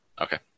Okay